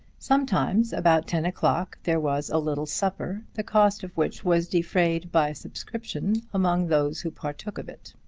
sometimes, about ten o'clock, there was a little supper, the cost of which was defrayed by subscription among those who partook of it.